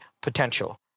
potential